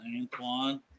Antoine